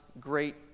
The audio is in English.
great